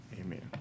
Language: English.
amen